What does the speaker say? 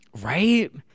Right